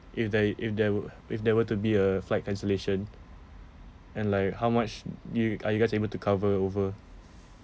if there i~ if there were if there were to be a flight cancellation and like how much you are you guys able to cover over